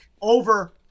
over